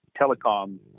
telecom